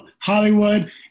Hollywood